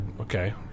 Okay